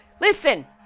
Listen